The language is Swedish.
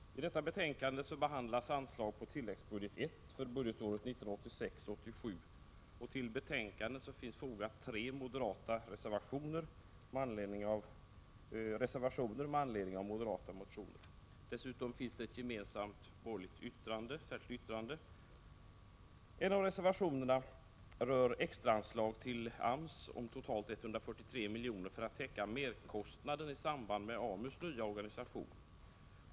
Herr talman! I detta betänkande behandlas anslag på tilläggsbudget I för budgetåret 1986/87. Till betänkandet är fogade tre moderata reservationer med anledning av moderata motioner. Dessutom finns ett gemensamt borgerligt särskilt yttrande. En av reservationerna rör extra anslag till AMS om totalt 143 miljoner för att täcka merkostnader i samband med AMU:s nya organisation.